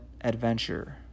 Adventure